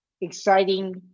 exciting